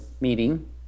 meeting